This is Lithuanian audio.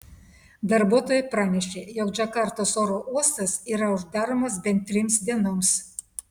darbuotojai pranešė jog džakartos oro uostas yra uždaromas bent trims dienoms